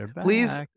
Please